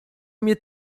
mnie